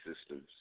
systems